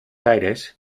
aires